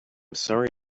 sorry